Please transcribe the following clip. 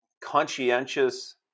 conscientious